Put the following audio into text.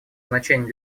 значение